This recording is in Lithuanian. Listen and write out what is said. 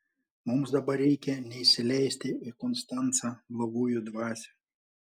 mums dabar reikia neįsileisti į konstancą blogųjų dvasių